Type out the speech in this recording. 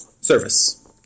Service